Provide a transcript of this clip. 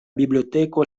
biblioteko